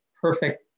perfect